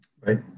Right